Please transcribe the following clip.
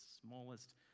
smallest